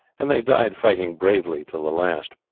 and they died fighting bravely till the last.